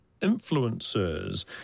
influencers